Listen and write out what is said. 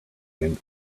end